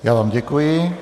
Já vám děkuji.